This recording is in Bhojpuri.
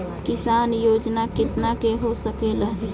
किसान योजना कितना के हो सकेला?